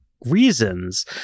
reasons